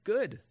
Good